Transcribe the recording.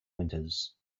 winters